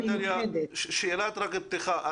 שאלת פתיחה.